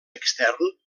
extern